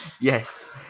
Yes